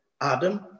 Adam